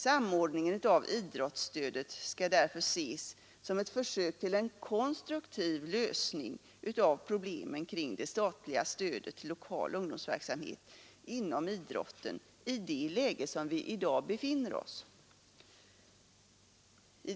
Samordningen av idrottsstödet skall därför ses som ett försök till en konstruktiv lösning av problemen kring det statliga stödet till lokal ungdomsverksamhet inom idrotten i det läge som vi i dag befinner oss i.